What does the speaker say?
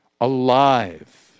Alive